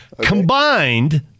combined